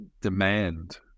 demand